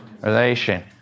Relation